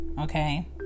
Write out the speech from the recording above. Okay